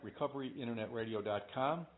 recoveryinternetradio.com